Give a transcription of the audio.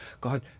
God